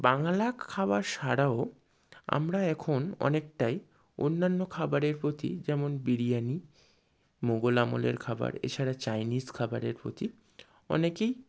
বাংলা খাবার ছাড়াও আমরা এখন অনেকটাই অন্যান্য খাবারের প্রতি যেমন বিরিয়ানি মোগল আমলের খাবার এছাড়া চাইনিজ খাবারের প্রতি অনেকেই